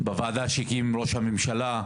בוועדה שהקים ראש הממשלה,